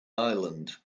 island